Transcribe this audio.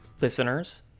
listeners